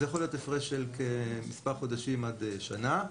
זה יכול להיות הפרש של מספר חודשים עד שנה.